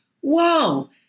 Whoa